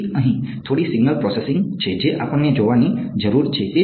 તેથી અહીં થોડી સિગ્નલ પ્રોસેસિંગ છે જે આપણે જોવાની જરૂર છે